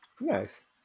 Nice